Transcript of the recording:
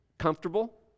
comfortable